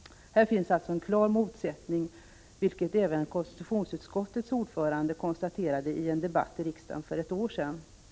Här finns alltså en klar motsättning, vilket även konstitutionsutskottets ordförande konstaterade i en debatt i riksdagen för ett år sedan.